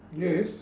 yes